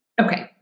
Okay